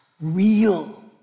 real